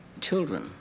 children